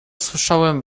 słyszałem